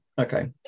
Okay